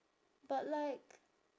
but like